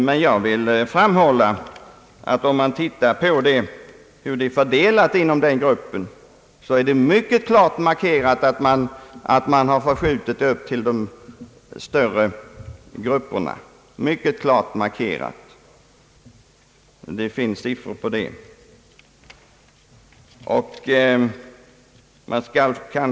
Men jag vill framhålla att om vi ser på fördelningen inom denna grupp, finner vi mycket klart markerat att man har gjort en förskjutning till de större enheterna. Det finns siffror på detta.